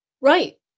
Right